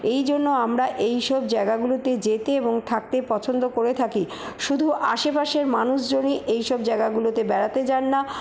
এই জন্য আমরা এই সব জায়গাগুলোতে যেতে এবং থাকতে পছন্দ করে থাকি শুধু আশে পাশের মানুষজনই এইসব জায়গাগুলোতে বেড়াতে যান না